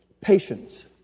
patience